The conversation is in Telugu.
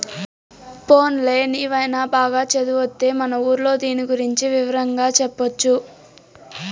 పోన్లే నీవైన బాగా చదివొత్తే మన ఊర్లో దీని గురించి వివరంగా చెప్పొచ్చు